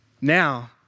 Now